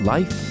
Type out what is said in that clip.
Life